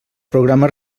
programa